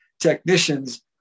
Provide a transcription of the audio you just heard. technicians